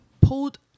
pulled